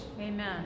Amen